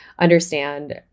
understand